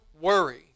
worry